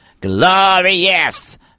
Glorious